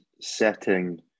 setting